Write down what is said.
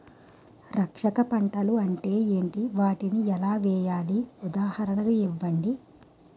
రక్షక పంటలు అంటే ఏంటి? వాటిని ఎలా వేయాలి? ఉదాహరణలు ఇవ్వండి?